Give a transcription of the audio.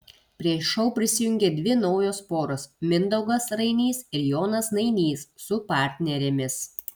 prie šou prisijungė dvi naujos poros mindaugas rainys ir jonas nainys su partnerėmis